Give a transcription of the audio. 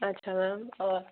अच्छा